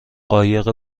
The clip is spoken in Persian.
قایق